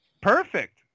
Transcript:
Perfect